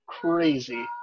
crazy